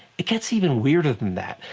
it gets even weirder than that.